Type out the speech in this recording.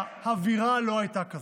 האווירה לא הייתה כזאת.